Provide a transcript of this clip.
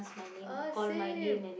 uh same